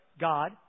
God